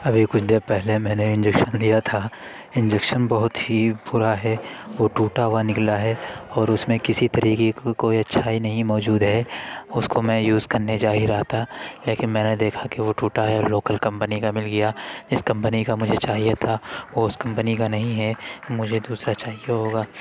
ابھی کچھ دیر پہلے میں نے انجکشن لیا تھا انجکشن بہت ہی برا ہے وہ ٹوٹا ہوا نکلا ہے اور اس میں کسی طریقے کی کوئی اچھائی نہیں موجود ہے اس کو میں یوز کرنے جا ہی رہا تھا لیکن میں نے دیکھا کہ وہ ٹوٹا ہے لوکل کمپنی کا مل گیا جس کمپنی کا مجھے چاہیے تھا وہ اس کمپنی کا نہیں ہے مجھے دوسرا چاہیے ہوگا